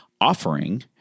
offering